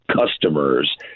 customers